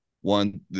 one